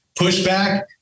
pushback